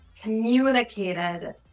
communicated